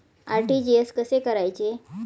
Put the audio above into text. RTGS कसे करायचे?